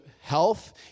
health